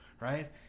right